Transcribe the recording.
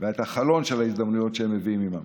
ואת חלון ההזדמנויות שהם מביאים עימם.